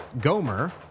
Gomer